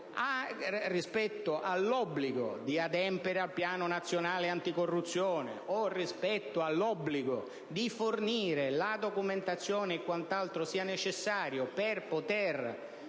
rispetto all'obbligo di adempiere al Piano nazionale anticorruzione o rispetto all'obbligo di fornire la documentazione e quant'altro sia necessario per potere